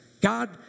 God